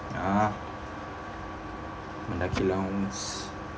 ah MENDAKI loans